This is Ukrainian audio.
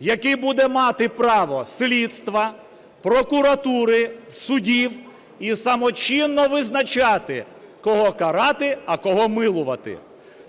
який буде мати право слідства, прокуратури, судів і самочинно визначати кого карати, а кого милувати.